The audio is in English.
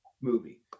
movie